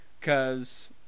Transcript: Cause